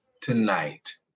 tonight